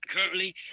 currently